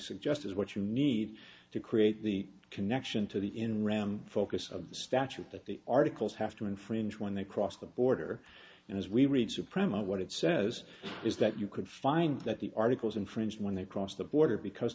suggest is what you need to create the connection to the in ram focus of the statute that the articles have to infringe when they cross the border and as we read supremo what it says is that you could find that the articles infringed when they cross the border because